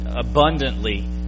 abundantly